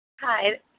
Hi